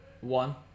One